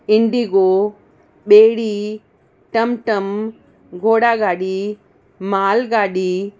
Indigo ॿेड़ी टमटम घोड़ा गाॾी माल गाॾी